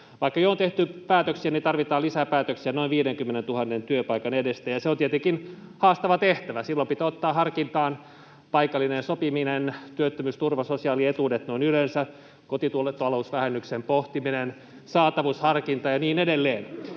Vaikka on jo tehty päätöksiä, niin tarvitaan lisää päätöksiä noin 50 000 työpaikan edestä, ja se on tietenkin haastava tehtävä. Silloin pitää ottaa harkintaan paikallinen sopiminen, työttömyysturva, sosiaalietuudet noin yleensä, kotitalousvähennyksen pohtiminen, saatavuusharkinta ja niin edelleen.